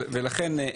ולכן,